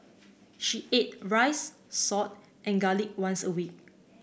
she ate rice salt and garlic once a week